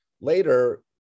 later